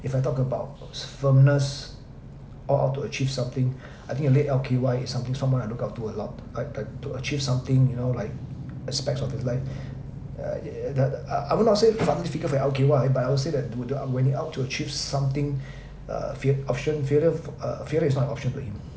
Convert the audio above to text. if I talk about firmness all out to achieve something I think the late L_K_Y is something someone I look up to a lot like like to achieve something you know like aspects of the life err the I would not say fatherly figure for L_K_Y but I'll say that do the when you're out to achieve something uh fail option failure for uh failure is not an option to him